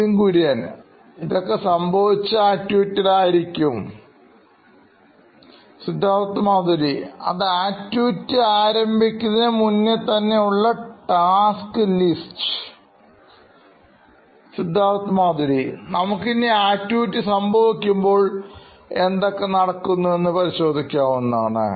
Nithin Kurian COO Knoin Electronics ഇതൊക്കെ സംഭവിച്ച activity കൾ ആയിരിക്കും Siddharth Maturi CEO Knoin Electronics അത് ആക്ടിവിറ്റി ആരംഭിക്കുന്നത് മുന്നേ തന്നെ ഉള്ള task list Siddharth Maturi CEO Knoin Electronics നമുക്കിനി ആക്ടിവിറ്റി സംഭവിക്കുമ്പോൾ എന്തൊക്കെ നടക്കുന്നു എന്ന് പരിശോധിക്കാവുന്നതാണ്